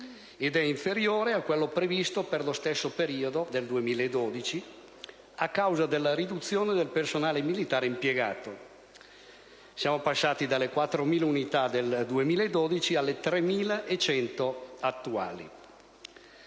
ed inferiore a quello previsto per lo stesso periodo nel 2012, a causa della riduzione del personale militare impiegato (che scende dalle 4.000 unità del 2012 alle 3.100 attuali).